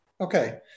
Okay